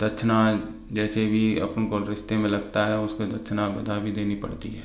दक्षिणा जैसे भी अपन को रिश्ते में लगता है उस को दक्षिणा बधाई भी देनी पड़ती है